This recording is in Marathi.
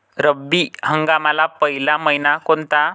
रब्बी हंगामातला पयला मइना कोनता?